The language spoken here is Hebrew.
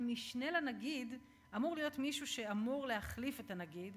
אבל משנה לנגיד אמור להיות מישהו שאמור להחליף את הנגיד,